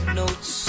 notes